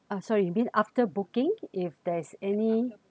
uh sorry mean after booking if there's any